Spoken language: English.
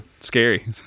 Scary